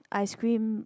ice cream